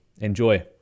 Enjoy